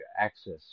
access